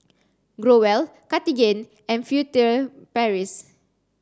Growell Cartigain and Furtere Paris